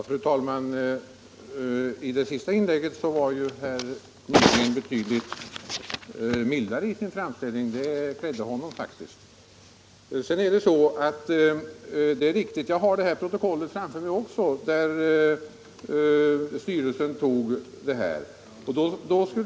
Fru talman! I det senaste inlägget var herr Nygren betydligt mildare i sin framställning, och det klädde honom faktiskt. Också jag har det protokoll till hands där styrelsen intog sin ståndpunkt.